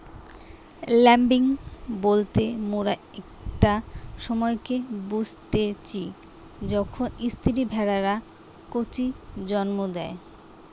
lambing বলতে মোরা একটা সময়কে বুঝতিচী যখন স্ত্রী ভেড়ারা কচি জন্ম দেয়